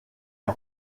est